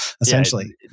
essentially